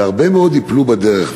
והרבה מאוד ייפלו בדרך.